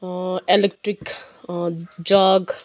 electric jug